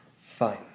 Fine